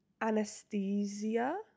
anesthesia